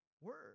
word